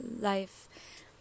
life